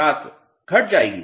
छात्र घट जाएगी